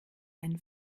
einen